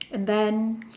and then